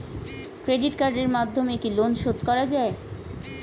Credit কার্ডের মাধ্যমে কি লোন শোধ করা যায়?